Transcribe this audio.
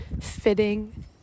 fitting